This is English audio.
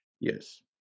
Yes